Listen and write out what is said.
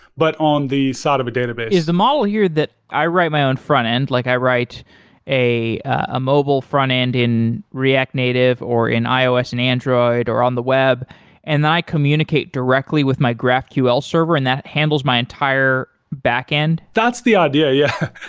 but on the side of a database is the model here that i write my own front-end, like i write a a mobile front-end in react native, or in ios and android, or on the web and i communicate directly with my graphql server and that handles my entire back-end? that's the idea. yeah.